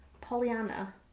Pollyanna